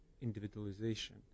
individualization